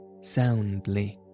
soundly